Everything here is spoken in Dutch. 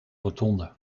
rotonde